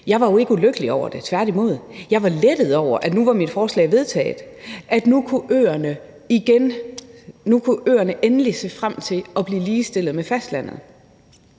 Jeg var jo ikke ulykkelig over det, tværtimod. Jeg var lettet over, at mit forslag nu var vedtaget, og at øerne nu endelig kunne se frem til at blive ligestillet med fastlandet.